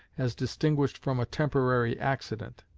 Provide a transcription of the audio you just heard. as distinguished from a temporary accident.